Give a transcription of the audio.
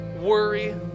worry